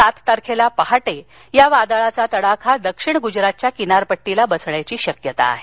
सात तारखेला पहाटे या वादळाचा तडाखा दक्षिण गुजरातच्या किनारपट्टीला बसण्याची शक्यता आहे